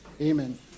Amen